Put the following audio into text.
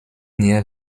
near